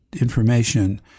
information